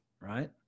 right